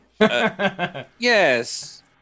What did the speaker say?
Yes